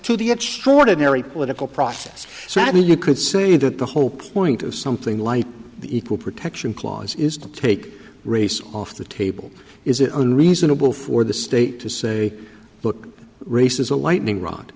to the extraordinary political process sadly you could say that the whole point of something like the equal protection clause is to take race off the table is it unreasonable for the state to say look race is a lightning